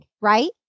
Right